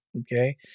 okay